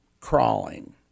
crawling